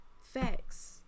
facts